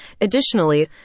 Additionally